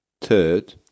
Third